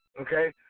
okay